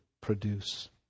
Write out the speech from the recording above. produce